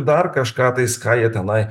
dar kažką tais ką jie tenai